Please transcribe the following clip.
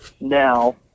now